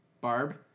Barb